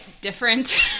different